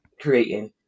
creating